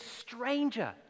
stranger